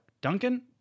Duncan